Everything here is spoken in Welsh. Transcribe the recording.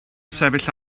sefyll